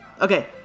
Okay